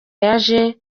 yaje